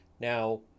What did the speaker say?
Now